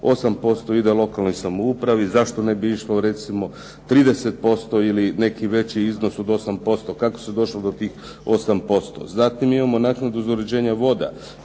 8% ide lokalnoj samoupravi, zašto ne bi išlo recimo 30% ili neki veći iznos od 8%? Kako se došlo do tih 8%? Zatim imamo naknadu za uređenje voda.